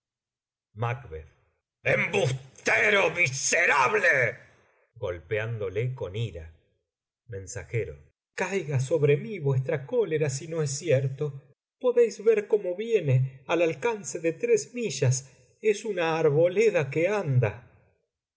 moverse macb embustero miserable golpeándole con ira mens caiga sobre mí vuestra cólera si no es cierto podéis ver cómo viene al alcance de tres millas es una arboleda que anda